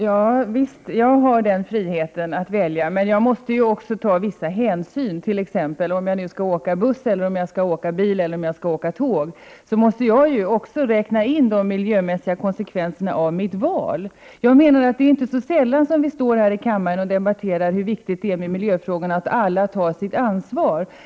Herr talman! Ja, visst har jag friheten att välja. Men jag måste också ta vissa hänsyn när jag skall välja om jag skall åka buss, bil eller tåg. Jag måste räkna in de miljömässiga konsekvenserna av mitt val. Det är inte så sällan som vi står här i kammaren och debatterar hur viktiga miljöfrågorna är och hur viktigt det är att alla tar sitt ansvar.